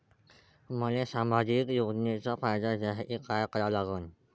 मले सामाजिक योजनेचा फायदा घ्यासाठी काय करा लागन?